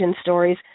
stories